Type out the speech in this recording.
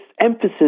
emphasis